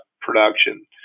production